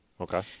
Okay